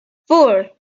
four